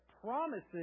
promises